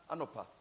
Anopa